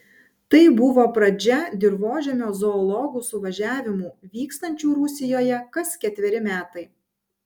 tai buvo pradžia dirvožemio zoologų suvažiavimų vykstančių rusijoje kas ketveri metai